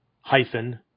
hyphen